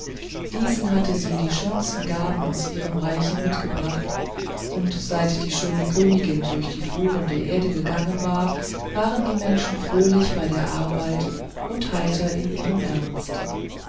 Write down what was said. diesen hatte sie die schönsten gaben aus ihrem reiche mitgebracht und seit die schöne königin durch die fluren der erde gegangen war waren die menschen fröhlich bei der arbeit heiter in ihrem ernst